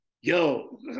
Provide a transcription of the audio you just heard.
Yo